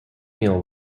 meal